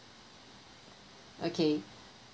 okay